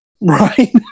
Right